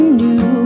new